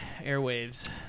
airwaves